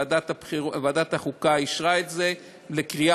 ועדת החוקה אישרה את הצעת החוק לקריאה